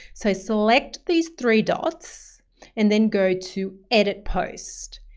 so select these three dots and then go to, edit post.